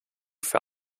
für